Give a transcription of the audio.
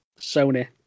Sony